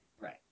Right